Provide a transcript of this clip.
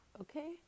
okay